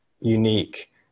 unique